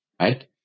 right